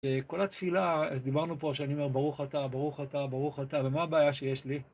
כל התפילה, דיברנו פה, שאני אומר ברוך אתה, ברוך אתה, ברוך אתה, ומה הבעיה שיש לי?